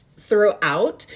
Throughout